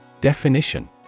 Definition